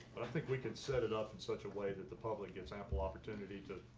think we could set it up in such a way that the public gets ample opportunity to,